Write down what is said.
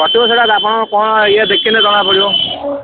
କଟିବ ସେଇଟା ଆପଣଙ୍କର କ'ଣ ଇଏ ଦେଖିନେ ଜଣାପଡ଼ିବ